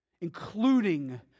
Including